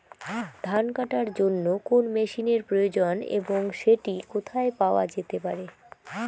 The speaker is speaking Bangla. ধান কাটার জন্য কোন মেশিনের প্রয়োজন এবং সেটি কোথায় পাওয়া যেতে পারে?